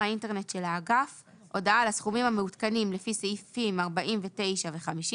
האינטרנט של האגף הודעה על הסכומים המעודכנים לפי סעיפים 49 ו-50.